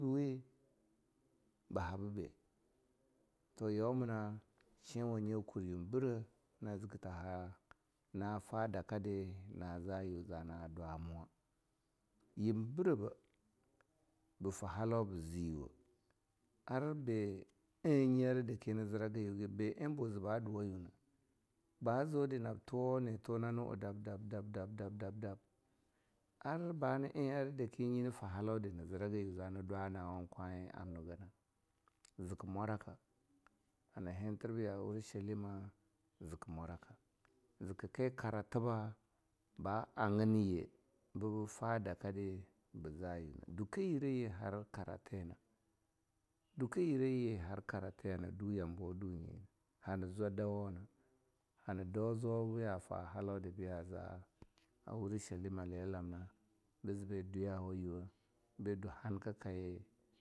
Toh we ba ha bibah? toh yomina shinwanyi kur yiu birah na zika tana fa daka na za yiuwo zara dwa, arbe anyi ara daki ana ziraga yu gana? ba eh baduwa yiuna? ba ziu di nab tuwo ne tura nu'a dab-dab-dab-dab-dab-dab-dab arbana eh daki nyi na fa halau di zira ga yiu zana dwa waman kwa-en amna gana? zika mwaraka, hana hintir bi yawa urishalima zika mwaraka. zika ki karatiba ba agin yi biba fa daka ba yiuna. dukeh yireyi har haratina, dukeh yireyi har karati hana du yambo dunye na hana zwa dawo na, hana dau zwao boyafa halau di biya za a urishalima li lamna, bizi bi dwu yawa yiuwa, bi dwu hanka kaye.